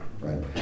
right